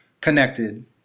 connected